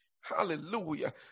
Hallelujah